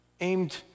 aimed